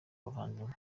bavandimwe